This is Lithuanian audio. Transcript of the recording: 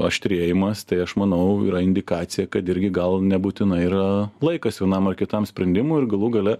aštrėjimas tai aš manau yra indikacija kad irgi gal nebūtinai yra laikas vienam ar kitam sprendimui ir galų gale